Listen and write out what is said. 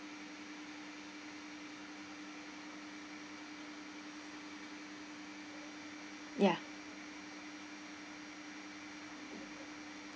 ya